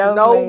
no